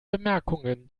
bemerkungen